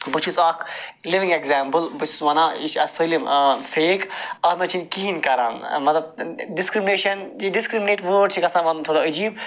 بہٕ چھُس اکھ لِوِنٛگ ایٚگزامپٕل بہٕ چھُس ونان یہِ چھُ اسہِ سٲلِم فیک اتھ مَنٛز چھِنہٕ کِہیٖنۍ کَران مَطلَب ڈِسکرِمنیشَن ڈِسکرمنیٹ وٲڈ چھ گَژھان وَنُن تھوڑا عجیٖب